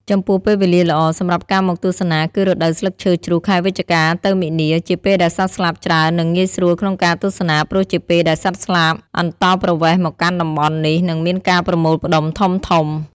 ចំពោះពេលវេលាល្អសម្រាប់ការមកទស្សនាគឺរដូវស្លឹកឈើជ្រុះខែវិច្ឆិកាទៅមីនា ជាពេលដែលសត្វស្លាបច្រើន និងងាយស្រួលក្នុងការទស្សនាព្រោះជាពេលដែលសត្វស្លាបអន្តោប្រវេសន៍មកកាន់តំបន់នេះ និងមានការប្រមូលផ្ដុំធំៗ។